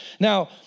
Now